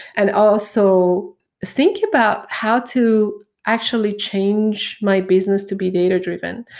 and also think about how to actually change my business to be data-driven.